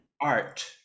Art